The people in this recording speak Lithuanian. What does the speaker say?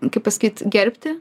kaip pasakyt gerbti